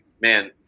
man